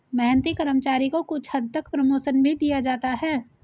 मेहनती कर्मचारी को कुछ हद तक प्रमोशन भी दिया जाता है